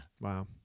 Wow